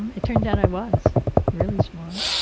it turned out i was really smart,